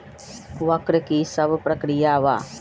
वक्र कि शव प्रकिया वा?